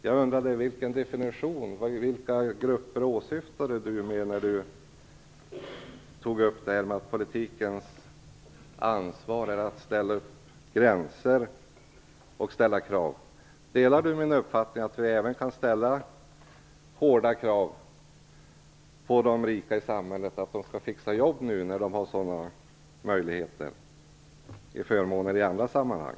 Jag undrar vilka grupper Sten Svensson åsyftade när han sade att politikens uppgift är att sätta upp gränser och ställa krav. Delar Sten Svensson min uppfattning att man skall ställa hårda krav även på de rika i samhället, att de skall fixa jobb nu när de har sådana möjligheter och förmåner i andra sammanhang?